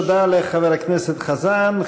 תודה לחבר הכנסת חזן.